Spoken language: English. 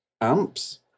amps